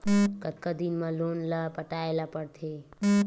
कतका दिन मा लोन ला पटाय ला पढ़ते?